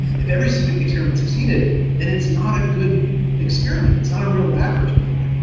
if every experiment succeeded then it's not a good experiment, it's not a real laboratory.